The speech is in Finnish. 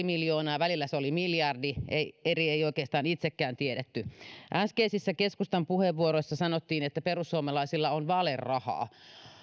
miljoonaa välillä miljardi eli ei oikeastaan itsekään tiedetty äskeisissä keskustan puheenvuoroissa sanottiin että perussuomalaisilla on valerahaa